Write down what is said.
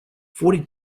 forty